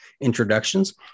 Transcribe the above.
introductions